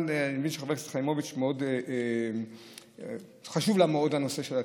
אני מבין שלחברת הכנסת חיימוביץ' חשוב מאוד הנושא העתידי.